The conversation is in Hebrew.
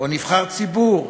או נבחר ציבור,